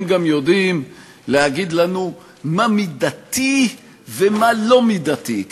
הם גם יודעים להגיד לנו מה מידתי ומה לא מידתי.